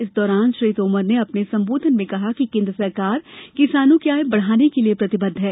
इस दौरान श्री तोमर ने अपने संबोधन में कहा कि केन्द्र सरकार किसानों की आय बढ़ाने के लिये प्रतिबद्ध है